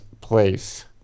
place